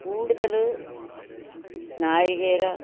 കൂടുതൽ നാളികേരം